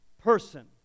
person